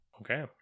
Okay